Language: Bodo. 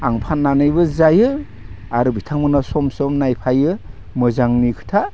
आं फाननानैबो जायो आरो बिथांमोना सम सम नायफायो मोजांनि खोथा